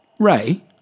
Ray